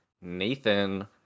Nathan